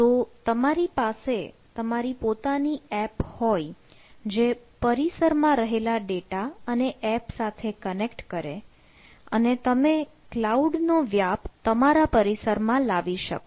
તો તમારી પાસે તમારી પોતાની એપ હોય જે પરિસર માં રહેલ ડેટા અને એપ સાથે કનેક્ટ કરે અને તમે ક્લાઉડ નો વ્યાપ તમારા પરિસરમાં લાવી શકો